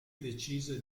decise